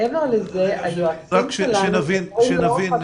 ברור שזה לא מקצועי וכמובן גם לא הוגן כלפי היועצות וכלפי התלמידים.